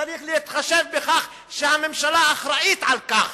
צריך להתחשב בכך שהממשלה אחראית לכך